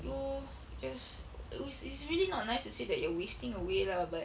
you just it is really not nice to see that you are wasting away lah but